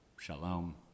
Shalom